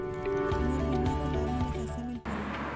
मोर बीमा के लाभ मोला कैसे मिल पाही?